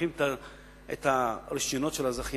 מאריכים את הרשיונות של הזכיינים,